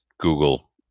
Google